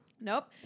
Nope